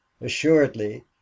assuredly